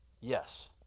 Yes